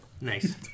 Nice